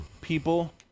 People